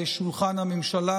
לשולחן הממשלה,